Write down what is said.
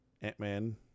Ant-Man